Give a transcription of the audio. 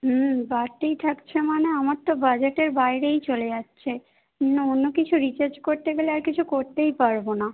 হুম বাড়তেই থাকছে মানে আমার তো বাজেটের বাইরেই চলে যাচ্ছে অন্য অন্য কিছু রিচার্জ করতে গেলে আর কিছু করতেই পারবো না